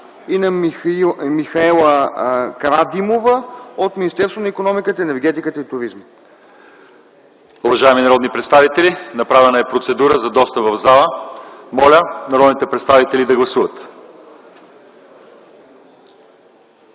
и на Михаела Карадимова от Министерството на икономиката, енергетиката и туризма. ПРЕДСЕДАТЕЛ ЛЪЧЕЗАР ИВАНОВ: Уважаеми народни представители, направена е процедура за достъп в залата. Моля народните представители да гласуват.